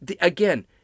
Again